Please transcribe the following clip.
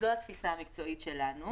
זו התפיסה המקצועית שלנו.